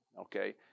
okay